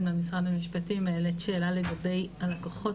העלית שאלה לגבי הלקוחות,